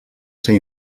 ser